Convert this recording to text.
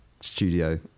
studio